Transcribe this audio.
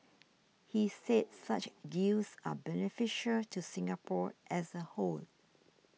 he said such deals are beneficial to Singapore as a whole